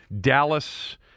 Dallas